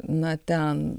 na ten